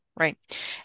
right